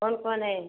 कौन कौन है